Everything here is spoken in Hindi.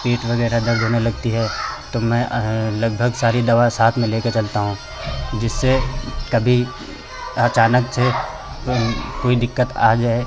पीठ वगैरह दर्द होने लगती है तो मैं लगभग सारी दवा साथ में लेकर चलता हूँ जिससे कभी अचानक से कोई कोई दिक्कत आ जाए